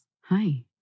hi